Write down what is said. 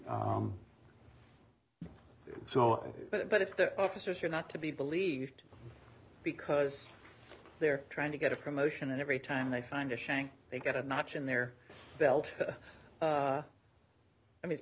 so but if the officers are not to be believed because they're trying to get a promotion and every time they find a shank they get a notch in their belt i mean i